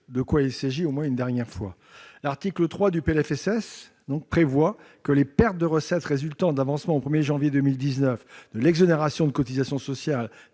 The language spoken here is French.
de quoi il s'agit. L'article 3 du PLFSS prévoit que les pertes de recettes résultant de l'avancement au 1 janvier 2019 de l'exonération de cotisations sociales